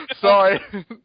Sorry